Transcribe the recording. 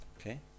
Okay